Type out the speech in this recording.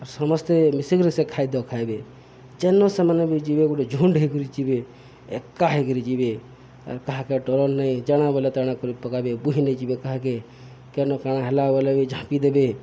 ଆର୍ ସମସ୍ତେ ମିଶିକରି ସେ ଖାଦ୍ୟ ଖାଇବେ ଯେନ ସେମାନେ ବି ଯିବେ ଗୁଟେ ଝୁଣ୍ଡ୍ ହେଇକରି ଯିବେ ଏକା ହେଇକିରି ଯିବେ ଆର୍ କାହାକେ ଡରନ୍ ନାଇ ଜାଣା ବଲେ ତଣା କରି ପକାବେ ବୁହି ନେଇ ଯିବେ କାହାକେ କେନ କାଣା ହେଲା ବେଲେ ବି ଝାପି ଦେବେ